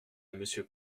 monsieur